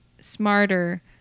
smarter